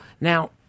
Now –